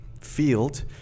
field